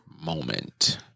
moment